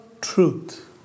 truth